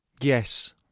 yes